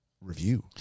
review